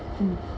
mm